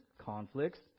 Conflicts